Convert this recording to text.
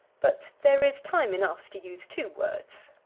but there is time enough to use two words.